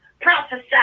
prophesy